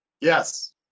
yes